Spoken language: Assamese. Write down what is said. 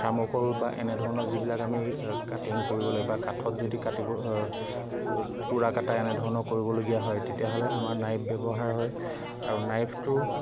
থাৰ্মকল বা এনেধৰণৰ যিবিলাক আমি কাটিং কৰিব লাগিব বা কাঠত যদি কাটিব তোৰা কটা এনেধৰণৰ কৰিবলগীয়া হয় তেতিয়াহ'লে আমাৰ নাইফ ব্যৱহাৰ হয় আৰু নাইফটো